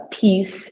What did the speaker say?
peace